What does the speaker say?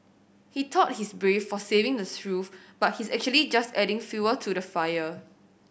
he thought he's brave for saying the truth but he's actually just adding fuel to the fire